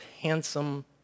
handsome